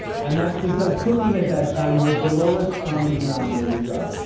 and that's because cooking at that time was the lowest common denominator job.